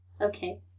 Okay